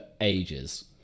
ages